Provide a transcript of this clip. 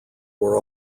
were